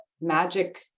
magic